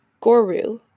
Guru